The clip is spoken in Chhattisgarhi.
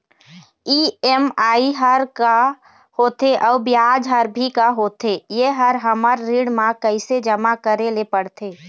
ई.एम.आई हर का होथे अऊ ब्याज हर भी का होथे ये हर हमर ऋण मा कैसे जमा करे ले पड़ते?